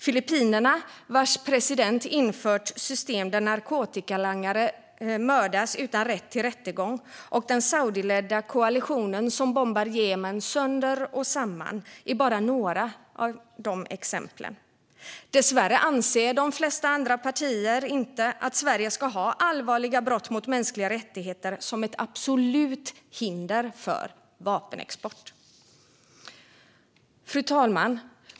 Filippinerna, vars president infört system där narkotikalangare mördas utan rätt till rättegång, och den saudiledda koalitionen som bombar Jemen sönder och samman är bara ett par exempel. Dessvärre anser de flesta andra partier inte att Sverige ska ha allvarliga brott mot mänskliga rättigheter som ett absolut hinder för vapenexport. Fru talman!